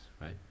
right